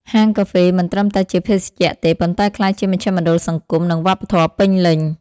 ហាងកាហ្វេមិនត្រឹមតែជាភេសជ្ជៈទេ ប៉ុន្តែក្លាយជាមជ្ឈមណ្ឌលសង្គម និងវប្បធម៌ពេញលេញ។